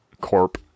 Corp